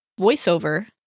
voiceover